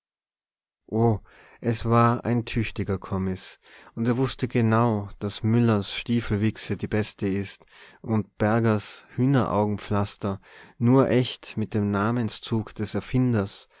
o es war ein tüchtiger kommis und er wußte genau daß müllers stiefelwichse die beste ist und bergers hühneraugenpflaster nur echt mit dem namenszug des erfinders